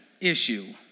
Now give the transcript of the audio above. issue